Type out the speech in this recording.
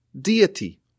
deity